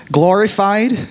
glorified